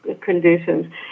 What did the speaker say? conditions